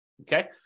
Okay